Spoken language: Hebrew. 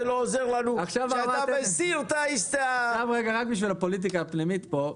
רק בשביל הפוליטיקה הפנימית פה,